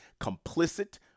complicit